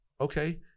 okay